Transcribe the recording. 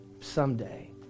Someday